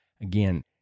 Again